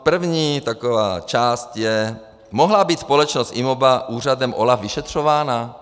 První taková část je: Mohla být společnost IMOBA úřadem OLAF vyšetřována?